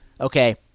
okay